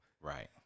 Right